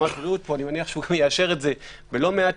אני מניח שיועמ"ש בריאות יאשר את זה בלא מעט